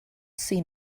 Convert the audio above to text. seen